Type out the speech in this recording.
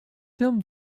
film